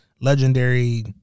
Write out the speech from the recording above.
legendary